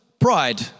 Pride